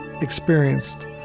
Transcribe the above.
experienced